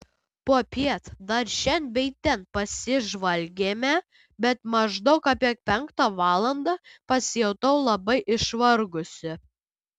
popiet dar šen bei ten pasižvalgėme bet maždaug apie penktą valandą pasijutau labai išvargusi